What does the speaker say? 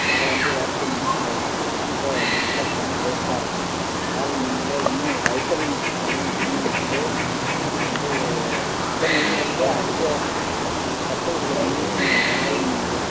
அதை வந்து வறுத்தீங்கன்னா ம்போ ரொம்ப நல்ல செம்ம டேஸ்ட்டாக இருக்கும் இறால் மீனில் இன்னும் வைட்டமின் சத்தெல்லாம் அதிகமாக இருக்குது அது வந்து உள்ளே மீனுங்கள்லயே அதிக சத்து உள்ளே மீனும் இறால் மீன் தான்